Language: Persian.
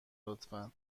لطفا